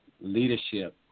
leadership